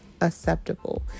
acceptable